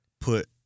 put